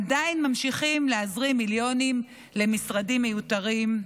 עדיין ממשיכים להזרים מיליונים למשרדים מיותרים.